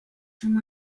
through